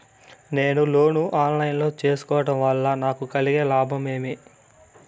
నేను లోను ను online లో సేసుకోవడం వల్ల నాకు కలిగే లాభాలు ఏమేమీ?